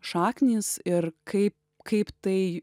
šaknys ir kaip kaip tai